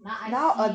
拿 I_C